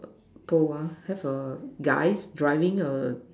ball uh have a guys driving a